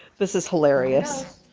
this is hilarious.